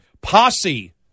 posse